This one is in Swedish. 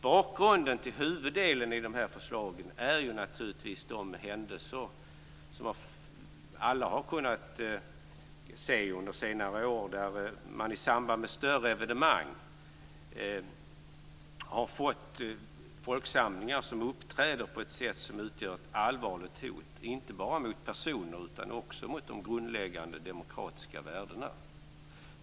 Bakgrunden till huvuddelen av förslagen är naturligtvis de händelser som alla har kunnat se under senare år där man i samband med större evenemang har fått folksamlingar som uppträder på ett sådant sätt att de utgör ett allvarligt hot inte bara mot personer utan också mot de grundläggande demokratiska värdena.